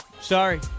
Sorry